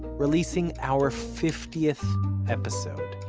releasing our fiftieth episode,